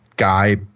guy